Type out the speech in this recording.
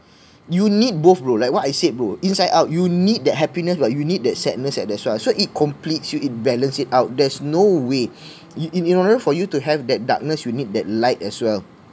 you need both bro like what I said bro inside out you need that happiness but you need that sadness as well so it completes you it balanced it out there's no way in in order for you to have that darkness you need that light as well